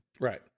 Right